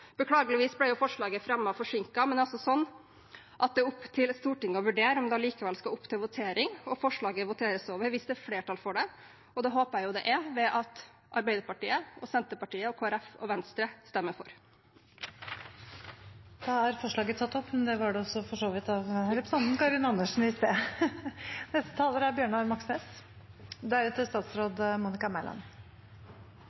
det er opp til Stortinget å vurdere om forslaget likevel skal opp til votering. Forslaget voteres over hvis det er flertall for det. Det håper jeg jo det er, ved at Arbeiderpartiet, Senterpartiet, Kristelig Folkeparti og Venstre stemmer